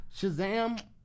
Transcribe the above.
Shazam